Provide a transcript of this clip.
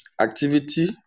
activity